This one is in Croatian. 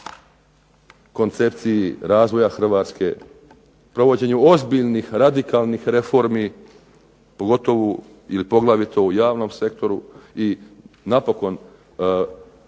koncepciji razvoja Hrvatske, provođenju ozbiljnih radikalnih reformi, pogotovu ili poglavito u javnom sektoru i napokon